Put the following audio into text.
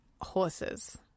horses